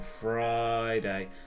Friday